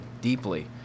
deeply